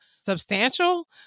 substantial